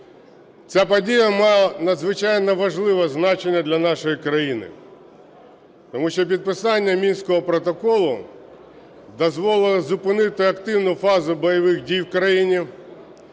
Ця подія мала надзвичайно важливе значення для нашої країни, тому що підписання Мінського протоколу дозволило зупинити активну фазу бойових дій в країні,